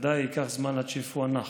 בוודאי ייקח זמן עד שיפוענח.